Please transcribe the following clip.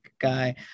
guy